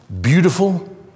beautiful